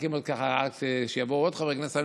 מחכים עד שיבואו עוד חברי כנסת,